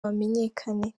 bamenyekane